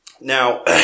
Now